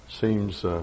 seems